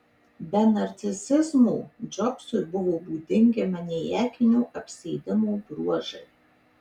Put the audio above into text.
be narcisizmo džobsui buvo būdingi maniakinio apsėdimo bruožai